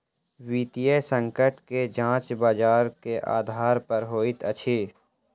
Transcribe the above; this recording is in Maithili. वित्तीय संकट के जांच बजार के आधार पर होइत अछि